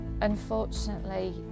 Unfortunately